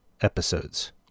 episodes